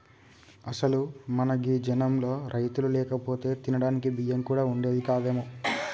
అసలు మన గీ జనంలో రైతులు లేకపోతే తినడానికి బియ్యం కూడా వుండేది కాదేమో